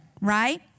right